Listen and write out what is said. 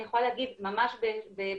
אני יכולה להגיד ממש בדקה,